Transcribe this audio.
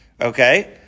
Okay